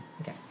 Okay